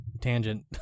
tangent